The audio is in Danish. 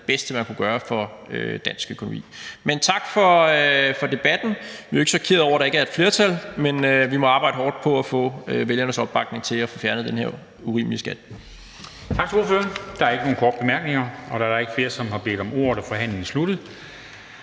bedste, man kunne gøre for dansk økonomi. Men tak for debatten. Vi er jo ikke chokerede over, at der ikke er et flertal, men vi må arbejde hårdt på at få vælgernes opbakning til at få fjernet den her urimelige skat.